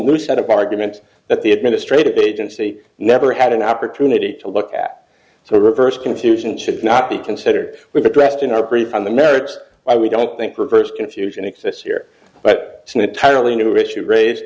new set of arguments that the administrative agency never had an opportunity to look at so reversed confusion should not be considered we've addressed in our brief on the merits why we don't think reverse confusion exists here but in a totally new issue ra